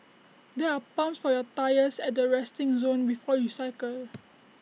there are pumps for your tyres at the resting zone before you cycle